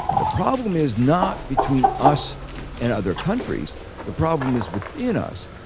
the problem is not between us and other countries the problem is within us.